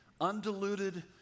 undiluted